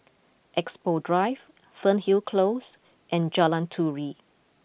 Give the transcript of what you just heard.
Expo Drive Fernhill Close and Jalan Turi